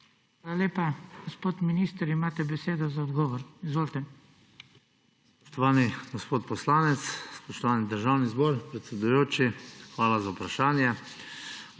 Hvala lepa. Gospod minister, imate besedo za odgovor. Izvolite.